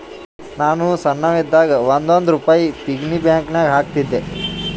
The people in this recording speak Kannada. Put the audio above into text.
ನಾನು ಸಣ್ಣವ್ ಇದ್ದಾಗ್ ಒಂದ್ ಒಂದ್ ರುಪಾಯಿ ಪಿಗ್ಗಿ ಬ್ಯಾಂಕನಾಗ್ ಹಾಕ್ತಿದ್ದೆ